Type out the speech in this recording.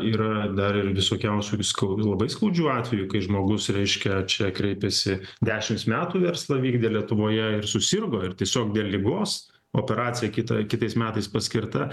yra dar ir visokiausių skau labai labai skaudžių atvejų kai žmogus reiškia čia kreipėsi dešimts metų verslą vykdė lietuvoje ir susirgo ir tiesiog dėl ligos operacija kita kitais metais paskirta